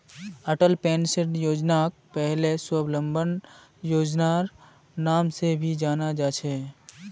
Atal pension योजनाक पहले स्वाबलंबन योजनार नाम से भी जाना जा छे